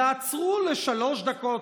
יעצרו לשלוש דקות,